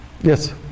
Yes